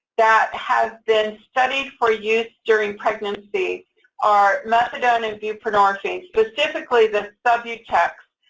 that have been studied for use during pregnancy are methadone and buprenorphine, specifically the subutex